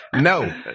No